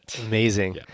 Amazing